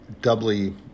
doubly